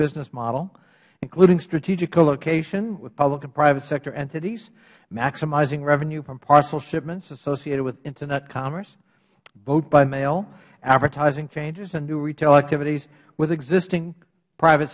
business model including strategic co location with public and private sector entities maximizing revenue from parcel shipments associated with internet commerce vote by mail advertising changes and new retail activities with existing private